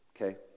Okay